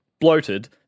bloated